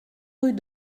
rue